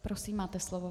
Prosím, máte slovo.